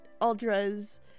Ultras